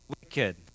wicked